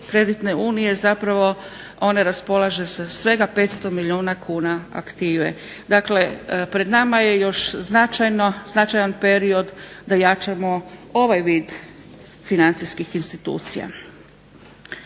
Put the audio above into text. kreditne unije zapravo one raspolažu sa svega 500 milijuna kuna aktive. Dakle, pred nama je još značajan period da jačamo ovaj vid financijskih institucija.